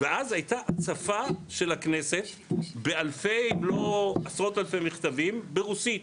ואז הייתה הצפה של הכנסת באלפי אם לא עשרות אלפי מכתבים ברוסית.